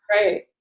Right